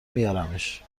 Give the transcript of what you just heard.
میارمش